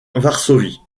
varsovie